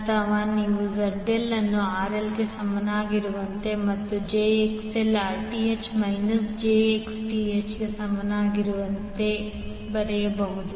ಅಥವಾ ನೀವು ZL ಅನ್ನು RL ಗೆ ಸಮಾನವಾಗಿರುತ್ತದೆ ಮತ್ತು jXL Rth ಮೈನಸ್ jXth ಗೆ ಸಮಾನವಾಗಿರುತ್ತದೆ ಎಂದು ಬರೆಯಬಹುದು